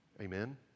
Amen